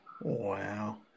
wow